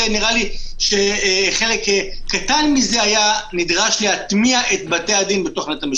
נראה לי שחלק קטן מזה היה נדרש להטמיע את בתי הדין בתוך נט"ע משפט.